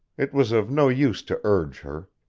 it was of no use to urge her.